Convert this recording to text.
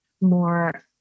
more